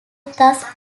thus